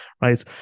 right